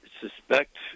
suspect